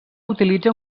utilitza